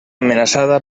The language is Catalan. amenaçada